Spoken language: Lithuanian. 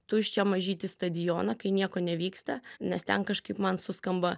tuščią mažytį stadioną kai nieko nevyksta nes ten kažkaip man suskamba